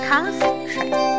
Concentrate